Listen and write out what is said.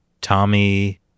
Tommy